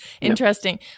Interesting